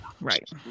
right